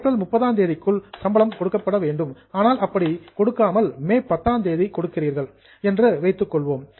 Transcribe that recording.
April 30ஆம் தேதிக்குள் சம்பளம் கொடுக்கப்பட வேண்டும் ஆனால் அப்படி கொடுக்காமல் மே 10ஆம் தேதி கொடுக்கிறீர்கள் என்று வைத்துக்கொள்வோம்